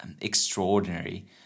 extraordinary